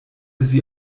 sie